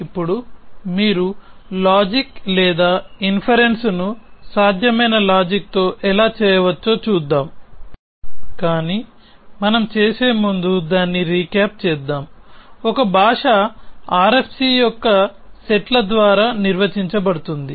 ఇప్పుడు మీరు లాజిక్ లేదా ఇన్ఫెరెన్స్ ను సాధ్యమైన లాజిక్ తో ఎలా చేయవచ్చో చూద్దాం కాని మనం చేసే ముందు దాన్ని రీక్యాప్ చేద్దాం ఒక భాష RFC యొక్క సెట్ల ద్వారా నిర్వచించబడుతుంది